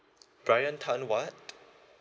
brian tan what